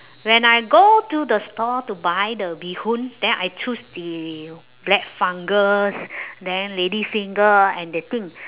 when I go to the store to buy the bee hoon then I choose the black fungus then lady finger and the thing